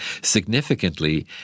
Significantly